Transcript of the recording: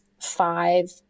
five